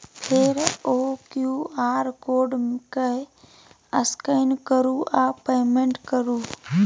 फेर ओ QR code केँ स्कैन करु आ पेमेंट करु